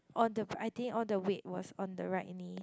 on the I think all the weight was on the right knee